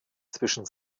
zwischen